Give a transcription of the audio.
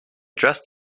dressed